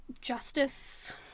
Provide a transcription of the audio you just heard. justice